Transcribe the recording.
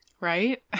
Right